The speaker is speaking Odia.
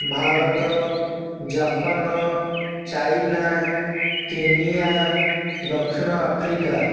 ଭାରତ ଜାପାନ୍ ଚାଇନା କେନିଆ ଦକ୍ଷିଣ ଆଫ୍ରିକା